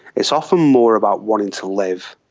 it's often more about wanting to live.